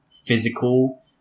physical